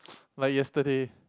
like yesterday